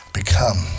become